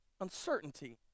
uncertainty